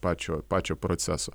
pačio pačio proceso